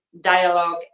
dialogue